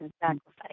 sacrifice